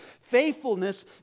Faithfulness